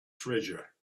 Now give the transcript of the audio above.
treasure